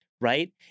right